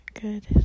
good